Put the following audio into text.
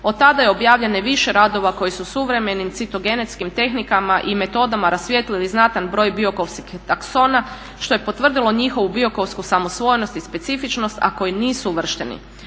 Otada je objavljeno više radova koji su suvremenim citogenetskim tehnikama i metodama rasvijetlili znatan broj biokovskih taksona što je potvrdilo njihovu biokovsku samosvojnost i specifičnost, a koji nisu uvršteni.